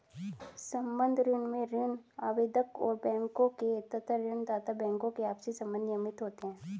संबद्ध ऋण में ऋण आवेदक और बैंकों के तथा ऋण दाता बैंकों के आपसी संबंध नियमित होते हैं